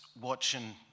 watching